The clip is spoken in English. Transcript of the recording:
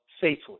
safely